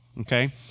okay